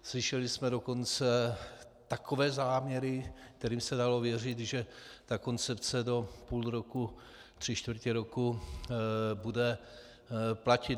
Slyšeli jsme dokonce takové záměry, kterým se dalo věřit, že ta koncepce do půl roku, tři čtvrtě roku bude platit.